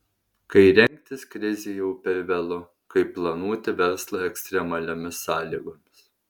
kai rengtis krizei jau per vėlu kaip planuoti verslą ekstremaliomis sąlygomis